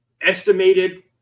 Estimated